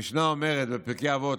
המשנה אומרת בפרקי אבות: